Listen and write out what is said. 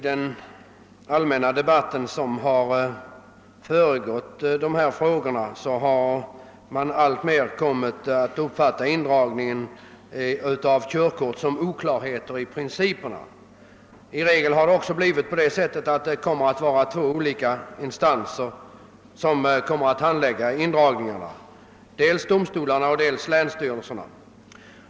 Herr talman! I den allmänna debatten har man den uppfattningen, att det råder oklarhet beträffande principerna för indragning av körkort. I regel är det också två instanser som handlägger ärenden om indragning, nämligen domstolen och länsstyrelsen.